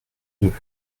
deux